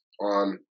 on